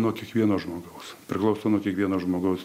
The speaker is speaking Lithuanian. nuo kiekvieno žmogaus priklauso nuo kiekvieno žmogaus